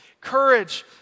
courage